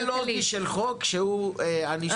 אבל יש פה מבנה לוגי של חוק, שהניסוח שלו בעייתי.